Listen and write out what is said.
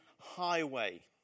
highway